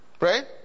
Right